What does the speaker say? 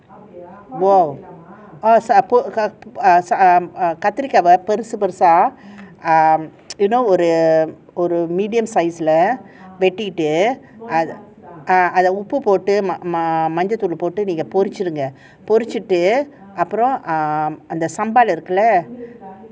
!whoa! err கத்திரிக்காவ:kathirikava err பெருசு பெருசா:perusu perusa err um you know ஒரு:oru medium size வெட்டிட்டு:vettitu ah ah அதுல உப்பு போட்டு மஞ்ச தூள் போட்டு நீங்க பொருசுருங்க பொருசுட்டு அப்புறம் அந்த:athula uppu pottu manja thool pottu neenga poruchurunga poruchuttu apram antha um the sambar இருக்குள்ள:saambar irukulla